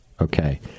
Okay